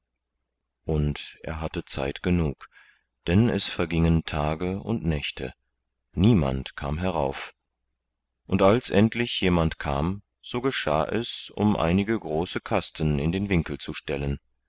und er hatte zeit genug denn es vergingen tage und nächte niemand kam herauf und als endlich jemand kam so geschah es um einige große kasten in den winkel zu stellen